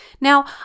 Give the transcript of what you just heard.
Now